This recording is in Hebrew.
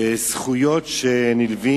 ולזכויות שנלוות